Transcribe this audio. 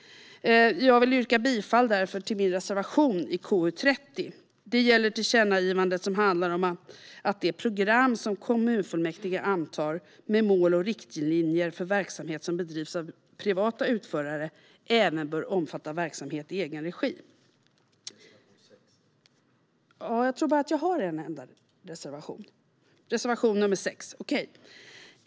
Jag vill därför yrka bifall till min reservation nr 6 i KU30. Det gäller tillkännagivandet om att det program som kommunfullmäktige antar med mål och riktlinjer för verksamhet som bedrivs av privata utförare även bör omfatta verksamhet i egen regi.